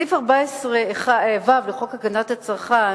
סעיף 14ו לחוק הגנת הצרכן